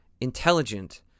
intelligent